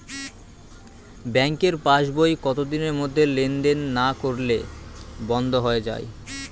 ব্যাঙ্কের পাস বই কত দিনের মধ্যে লেন দেন না করলে বন্ধ হয়ে য়ায়?